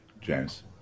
James